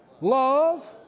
love